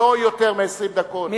לא יותר מ-20 דקות,